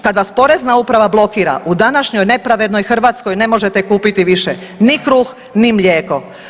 Kada vas Porezna uprava blokira u današnjoj nepravednoj Hrvatskoj ne možete kupiti više ni kruh, ni mlijeko.